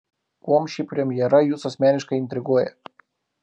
kuom ši premjera jus asmeniškai intriguoja